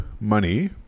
money